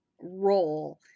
role